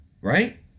Right